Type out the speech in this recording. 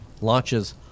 launches